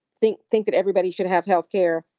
think think that everybody should have health care.